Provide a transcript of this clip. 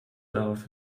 darauf